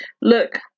Look